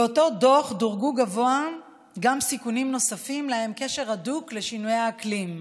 באותו דוח דורגו גבוה גם סיכונים נוספים להם קשר הדוק לשינויי האקלים: